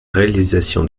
réalisation